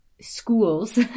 schools